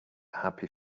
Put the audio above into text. happy